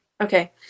Okay